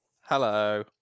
Hello